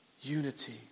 Unity